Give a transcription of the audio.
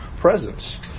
presence